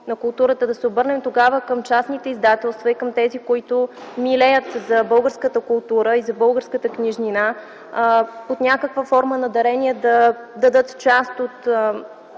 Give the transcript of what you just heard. да се обърнем към частните издателства и към тези, които милеят за българската култура и за българската книжнина. Под някаква форма на дарения да дадат част от